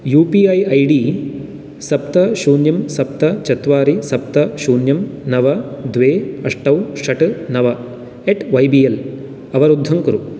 you P I I D सप्त शून्यं सप्त चत्वारि सप्त शून्यं नव द्वे अष्टौ षट् नव यट् वै बि यल् अवरुद्धं कुरु